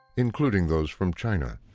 including those from china.